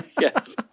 Yes